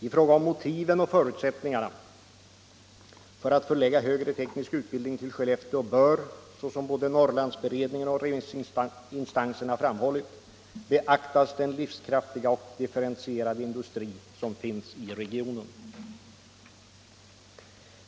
I fråga om motiven och förutsättningarna för att förlägga högre teknisk utbildning till Skellefteå bör, såsom både Norrlandsberedningen och remissinstanserna framhållit, beaktas den livskraftiga och differentierade industri som finns i regionen.